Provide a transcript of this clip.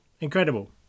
incredible